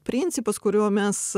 principas kuriuo mes